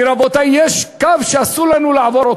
כי, רבותי, יש קו שאסור לנו לעבור.